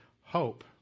hope